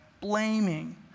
blaming